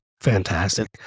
Fantastic